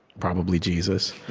probably, jesus